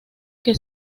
que